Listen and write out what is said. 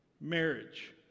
marriage